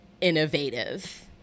innovative